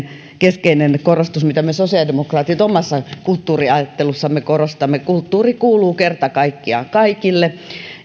keskeinen korostus mitä me sosiaalidemokraatit omassa kulttuuriajattelussamme korostamme kulttuuri kuuluu kerta kaikkiaan kaikille